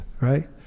right